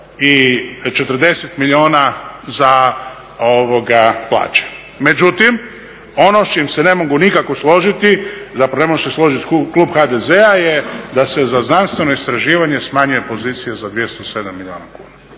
340 milijuna za plaće. Međutim, ono s čim se nikako ne mogu složiti, zapravo ne može se složiti klub HDZ-a je da se za znanstveno istraživanje smanjuje pozicija za 207 milijuna kuna.